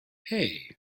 hey